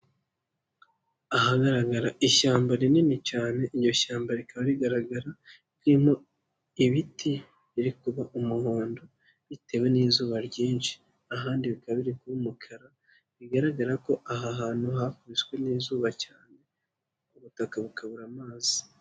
Ahagaragara ishyamba rinini cyane, iryo shyamba rikaba rigaragara ririmo ibiti biri kuba umuhondo bitewe n'izuba ryinshi. Ahandi bikaba biri kuba umukara, bigaragara ko aha hantu hakubiswe n'izuba cyane, ubutaka bukabura amazi.